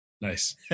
Nice